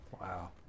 Wow